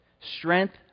Strength